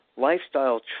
lifestyle